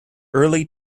early